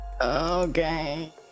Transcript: okay